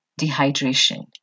dehydration